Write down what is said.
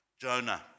Jonah